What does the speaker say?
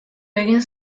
egin